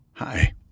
Hi